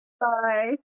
Bye